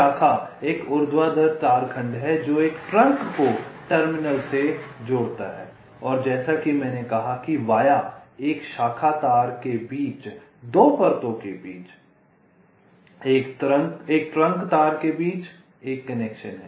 शाखा एक ऊर्ध्वाधर तार खंड है जो एक ट्रंक को टर्मिनल से जोड़ता है और जैसा कि मैंने कहा कि वाया एक शाखा तार के बीच 2 परतों के बीच एक ट्रंक तार के बीच एक कनेक्शन है